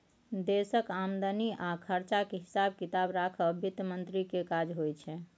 देशक आमदनी आ खरचाक हिसाब किताब राखब बित्त मंत्री केर काज होइ छै